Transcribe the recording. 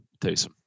Taysom